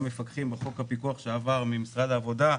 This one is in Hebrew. גם מפקחים בחוק הפיקוח שעבר ממשרד העבודה,